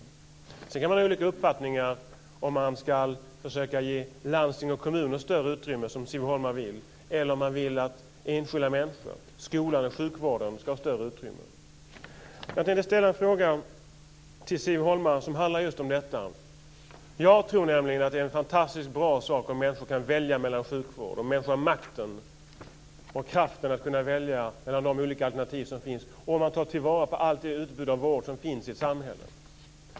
Sedan kan man ha olika uppfattningar, om man ska försöka ge landsting och kommuner större utrymme, som Siv Holma vill, eller om man vill att enskilda människor i skolan och inom sjukvården ska ha större utrymme. Jag tänkte ställa en fråga till Siv Holma som handlar om just detta. Jag tror nämligen att det är en fantastiskt bra sak om människor kan välja sjukvård, om människor har makten och kraften att kunna välja mellan de olika alternativ som finns och om man tar till vara hela det utbud av vård som finns i samhället.